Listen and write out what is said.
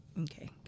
Okay